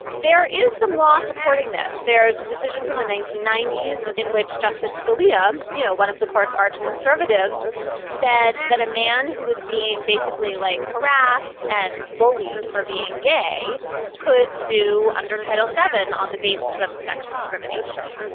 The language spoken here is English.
there is some law supporting this. there is a decision from the nineteen ninety s in which justice scalia you know one of the court's arch conservatives said that a man who was being basically like harassed and bullied for being gay could sue under title seven on the basis of sex discrimination.